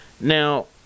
Now